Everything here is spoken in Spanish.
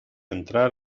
entrar